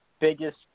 biggest